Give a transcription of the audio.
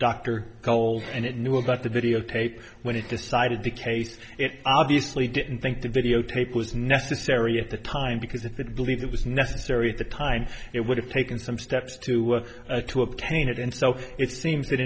dr cole and it knew about the videotape when it decided the case it obviously didn't think the videotape was necessary at the time because if it believed it was necessary at the time it would have taken some steps to work to obtain it and so it seems that